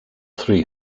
three